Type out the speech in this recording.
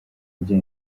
njye